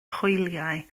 hwyliau